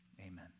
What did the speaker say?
Amen